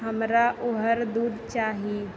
हमरा ओहर दुध चाही